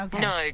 no